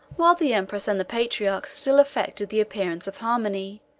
while the empress and the patriarch still affected the appearances of harmony,